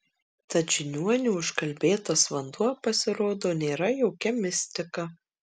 tad žiniuonių užkalbėtas vanduo pasirodo nėra jokia mistika